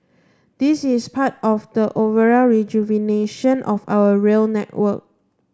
this is part of the overall rejuvenation of our rail network